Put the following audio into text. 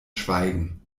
schweigen